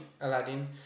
Aladdin